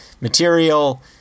material